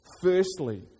Firstly